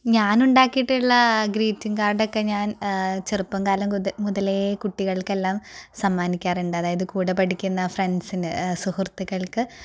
ഞാൻ ഉണ്ടാക്കിയിട്ടുള്ള greeting card ഒക്കെ ഞാൻ ചെറുപ്പം കാലം മുതലേ കുട്ടികൾക്കെല്ലാം സമ്മാനിക്കാറുണ്ട് അതായത് കൂടെ പഠിക്കുന്ന ഫ്രണ്ട്സിന് സുഹൃത്തുക്കൾക്ക്